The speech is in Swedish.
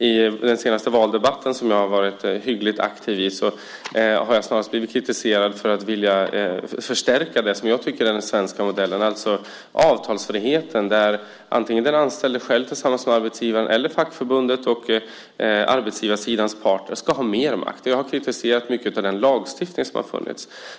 I den senaste valdebatten, som jag har varit hyggligt aktiv i, har jag snarast blivit kritiserad för att vilja förstärka det som jag tycker är den svenska modellen, alltså avtalsfriheten, där antingen den anställde själv tillsammans med arbetsgivaren eller fackförbundet och arbetsgivarsidans parter ska ha mer makt. Jag har kritiserat mycket av den lagstiftning som har funnits.